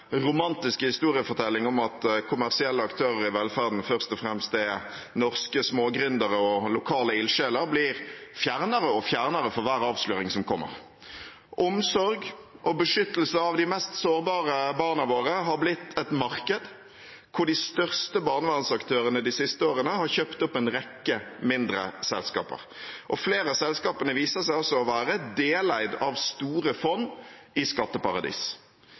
lokale ildsjeler, blir fjernere for hver avsløring som kommer. Omsorg for og beskyttelse av de mest sårbare barna våre har blitt et marked der de største barnevernsaktørene de siste årene har kjøpt opp en rekke mindre selskaper. Flere av selskapene viser seg også å være deleid av store fond i